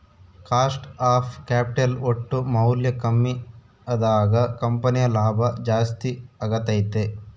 cost of capital ಒಟ್ಟು ಮೌಲ್ಯ ಕಮ್ಮಿ ಅದಾಗ ಕಂಪನಿಯ ಲಾಭ ಜಾಸ್ತಿ ಅಗತ್ಯೆತೆ